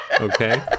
Okay